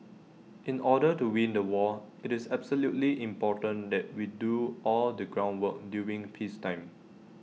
in order to win the war IT is absolutely important that we do all the groundwork during peacetime